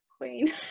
queen